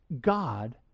God